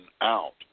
out